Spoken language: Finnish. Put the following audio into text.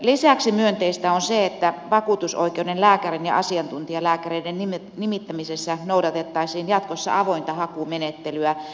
lisäksi myönteistä on se että vakuutusoikeuden lääkärin ja asiantuntijalääkäreiden nimittämisessä noudatettaisiin jatkossa avointa hakumenettelyä